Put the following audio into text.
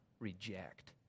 reject